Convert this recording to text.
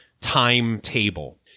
timetable